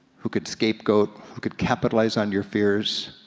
who could scapegoat, who could capitalize on your fears.